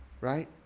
Right